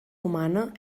humana